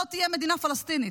לא תהיה מדינה פלסטינית.